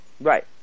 Right